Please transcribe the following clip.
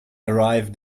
arrive